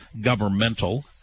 governmental